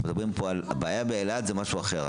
הבעיה באילת היא אחרת,